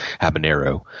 habanero